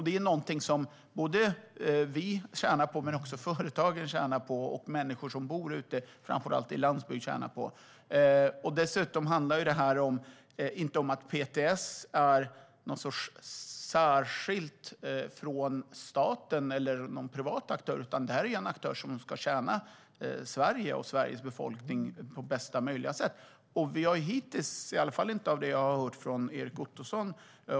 Det är någonting som vi tjänar på, som företagen tjänar på och som människor, framför allt de som bor på landsbygden, tjänar på. Dessutom handlar det inte om att PTS är något som är skilt från staten eller om att det är någon privat aktör, utan det är en aktör som ska tjäna Sverige och Sveriges befolkning på bästa möjliga sätt. Vi har hittills inte sett någonting som skulle tyda på motsatsen.